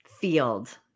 field